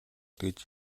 гэж